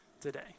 today